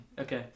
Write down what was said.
Okay